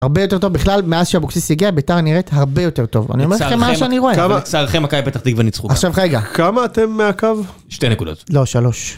הרבה יותר טוב בכלל מאז שאבוקסיס הגיע בית״ר נראית הרבה יותר טוב. אני אומר לכם מה שאני רואה. לצערכם מכבי פתח תקווה ניצחו. עכשיו רגע. כמה אתם מהקו? שתי נקודות. לא, שלוש.